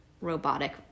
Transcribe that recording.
robotic